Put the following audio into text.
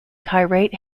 kiryat